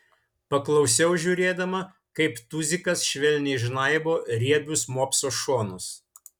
paklausiau žiūrėdama kaip tuzikas švelniai žnaibo riebius mopso šonus